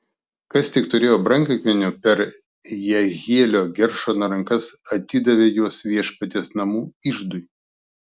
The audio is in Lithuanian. kas tik turėjo brangakmenių per jehielio geršono rankas atidavė juos viešpaties namų iždui